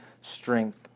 strength